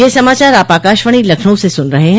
ब्रे क यह समाचार आप आकाशवाणी लखनऊ से सुन रहे हैं